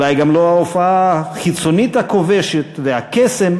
אולי גם לא ההופעה החיצונית הכובשת והקסם